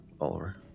Oliver